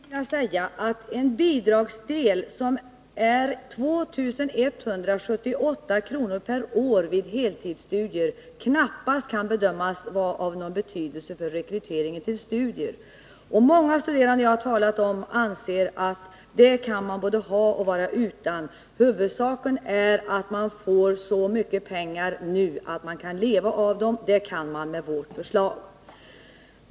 Herr talman! Till Anna Lindh vill jag säga att en bidragsdel som är 2 178 kr. per år vid heltidsstudier knappast kan bedömas vara av någon betydelse för rekryteringen till studier. Många studerande som jag har talat med anser att det bidraget kan man både ha och vara utan och att huvudsaken är att man får så mycket pengar nu att man kan leva av dem. Det kan man med vårt förslag.